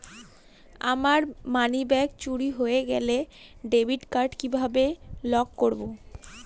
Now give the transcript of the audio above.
আমার মানিব্যাগ চুরি হয়ে গেলে ডেবিট কার্ড কিভাবে লক করব?